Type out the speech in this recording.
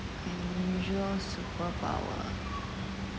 unusual superpower